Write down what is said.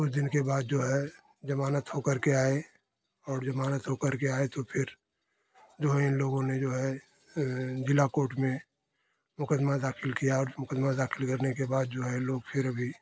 कुछ दिन के बाद जो है जमानत हो करके आए और जमानत हो करके आए तो फिर जो है इन लोगो ने जो है जिला कोर्ट में मुकदमा दाखिल किया और मुकदमा दाखिल करने के बाद जो है लोग फिर अभी